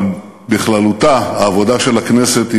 אבל בכללותה העבודה של הכנסת היא